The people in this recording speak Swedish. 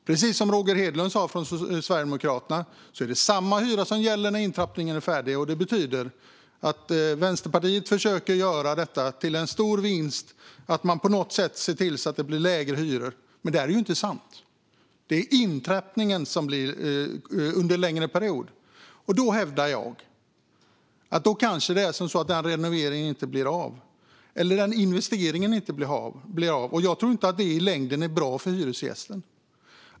Precis som Sverigedemokraternas Roger Hedlund sa är det samma hyra som gäller när intrappningen är färdig. Vänsterpartiet försöker få det till en fråga om lägre hyror. Men det är inte sant, för det är intrappningen som blir längre. Jag hävdar att detta kan göra att investeringar och renoveringar inte blir av, vilket i längden inte är bra för hyresgästen.